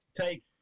take